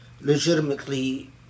legitimately